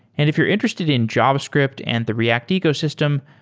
if you're interested in javascript and the react ecosystem,